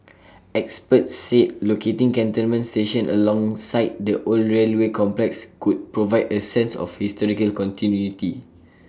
experts said locating Cantonment station alongside the old railway complex could provide A sense of historical continuity